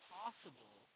possible